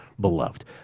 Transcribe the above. beloved